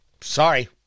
Sorry